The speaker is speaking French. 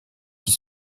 qui